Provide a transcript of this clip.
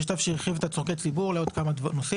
יש צו שהרחיב את צרכי הציבור לעוד כמה נושאים